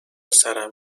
سرم